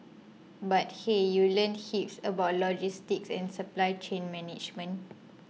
but hey you learn heaps about logistics and supply chain management